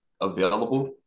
available